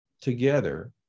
together